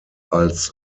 als